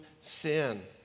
sin